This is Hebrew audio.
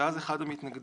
אם אז אחד המתנגדים